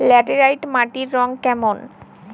Laterite মাটির রং কেমন?